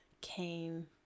came